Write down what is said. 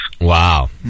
Wow